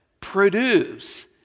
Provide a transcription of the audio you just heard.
produce